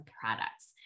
products